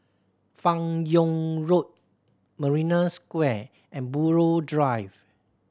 Fan Yoong Road Marina Square and Buroh Drive